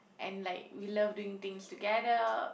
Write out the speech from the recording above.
and like we love doing things together